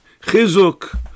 Chizuk